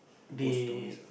they